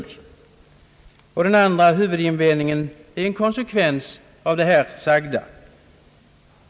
Den andra huvudinvändningen är en konsekvens av det här sagda.